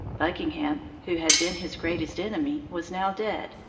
buckingham, who had been his greatest enemy, was now dead,